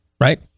right